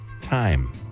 time